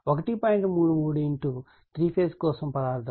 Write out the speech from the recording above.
333 3 phase case కోసం పదార్థం